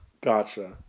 gotcha